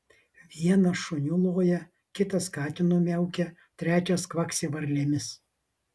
vienas šuniu loja kitas katinu miaukia trečias kvaksi varlėmis